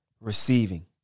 Receiving